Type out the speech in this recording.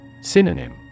Synonym